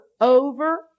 over